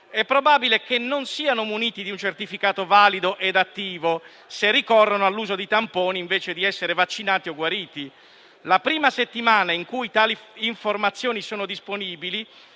è probabile che non siano muniti di un certificato valido e attivo, se ricorrono all'uso di tamponi, invece di essere vaccinati o guariti. La prima settimana in cui tali informazioni sono disponibili